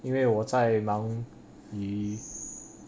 因为我在忙于